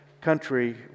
country